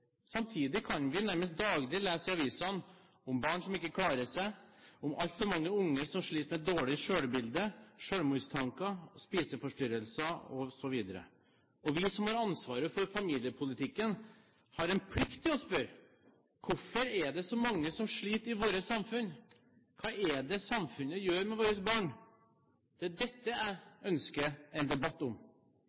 Samtidig kan vi nærmest daglig lese i avisene om barn som ikke klarer seg, om altfor mange unge som sliter med dårlig selvbilde, selvmordstanker, spiseforstyrrelser osv. Vi som har ansvaret for familiepolitikken, har en plikt til å spørre hvorfor det er så mange som sliter i vårt samfunn, hva det er samfunnet gjør med våre barn. Det er dette jeg ønsker en debatt om.